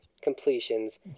completions